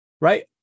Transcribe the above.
right